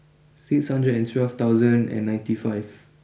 six hundred and twelve thousand and ninety five